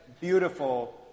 beautiful